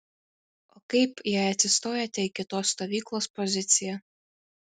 o kaip jei atsistojate į kitos stovyklos poziciją